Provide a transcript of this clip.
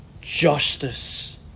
justice